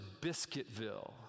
Biscuitville